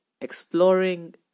exploring